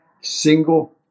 single